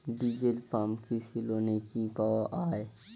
Diesel pump কৃষি লোনে কি পাওয়া য়ায়?